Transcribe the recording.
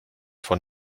von